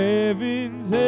Heaven's